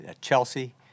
Chelsea